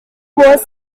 was